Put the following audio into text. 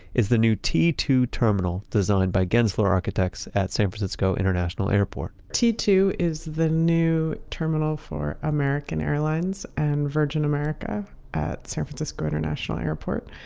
is the new t two terminal, designed by gensler architects at san francisco international airport t two is the new terminal for american airlines and virgin america at san francisco international airport.